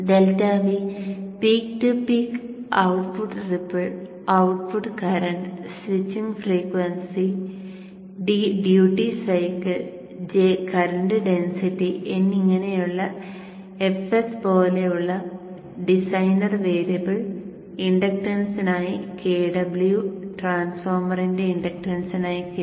∆V peak to peak output ripple output current switching frequency d duty cycle J current density എന്നിങ്ങനെയുള്ള fs പോലെയുള്ള designer variable ഇൻഡക്റ്റൻസിനായി Kw ട്രാൻസ്ഫോർമറിറിന്റെ ഇൻഡക്ടൻസിനായി Kw